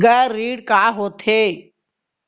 गैर ऋण का होथे?